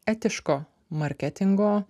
etiško marketingo